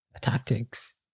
tactics